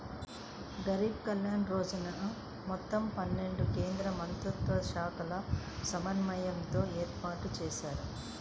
గరీబ్ కళ్యాణ్ రోజ్గర్ మొత్తం పన్నెండు కేంద్రమంత్రిత్వశాఖల సమన్వయంతో ఏర్పాటుజేశారు